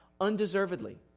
undeservedly